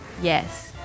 yes